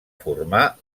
formar